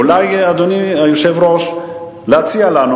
אולי אדוני היושב-ראש יציע לנו,